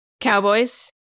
Cowboys